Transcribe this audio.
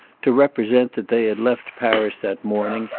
to represent that they had left paris that morning,